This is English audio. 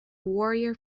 warrior